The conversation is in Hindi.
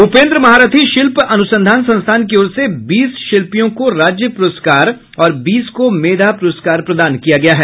उपेन्द्र महारथी शिल्प अनुसंधान संस्थान की ओर से बीस शिल्पियों को राज्य पुरस्कार और बीस को मेधा पुरस्कार प्रदान किया गया है